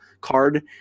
card